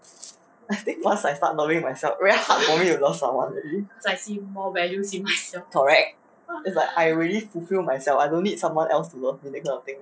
I think once I start knowing myself very hard for me to love someone already correct it's like I already fulfil myself I don't need someone else to love me that kind of thing